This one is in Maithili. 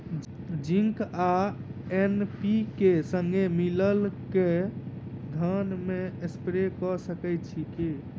जिंक आ एन.पी.के, संगे मिलल कऽ धान मे स्प्रे कऽ सकैत छी की?